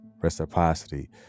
Reciprocity